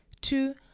Two